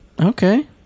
Okay